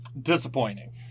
Disappointing